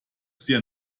sehr